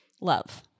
love